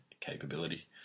capability